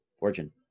origin